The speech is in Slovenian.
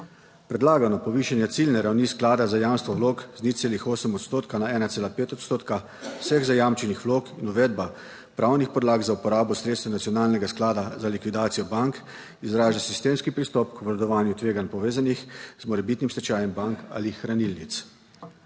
Predlagano povišanje ciljne ravni sklada za jamstvo vlog z 0,8 odstotka na 1,5 odstotka vseh zajamčenih vlog in uvedba pravnih podlag za uporabo sredstev Nacionalnega sklada za likvidacijo bank izraža sistemski pristop k obvladovanju tveganj, povezanih z morebitnim stečajem bank ali hranilnic.